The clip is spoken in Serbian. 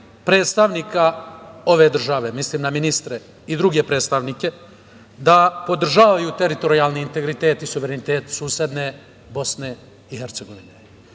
predstavnika ove države, mislim na ministre i druge predstavnika, da podržavaju teritorijalni integritet i suverenitet susedne BiH.To nije